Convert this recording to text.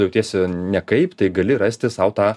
jautiesi nekaip tai gali rasti sau tą